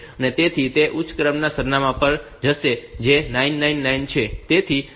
તેથી તે ઉચ્ચ ક્રમના સરનામા પર જશે જે 999 છે